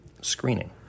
screening